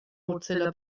mozilla